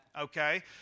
Okay